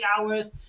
hours